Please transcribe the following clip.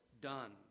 done